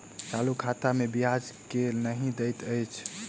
चालू खाता मे ब्याज केल नहि दैत अछि